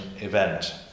event